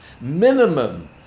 minimum